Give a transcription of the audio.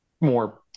more